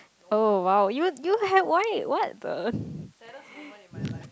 oh !wow! you you had why what the